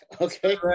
Okay